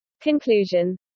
Conclusion